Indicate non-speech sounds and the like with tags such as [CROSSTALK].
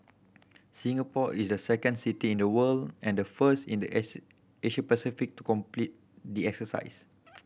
Singapore is the second city in the world and the first in the Asia Asia Pacific to complete the exercise [NOISE]